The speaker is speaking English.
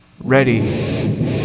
ready